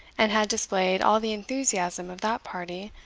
and had displayed all the enthusiasm of that party,